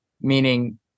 meaning